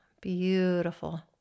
Beautiful